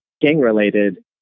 gang-related